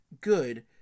good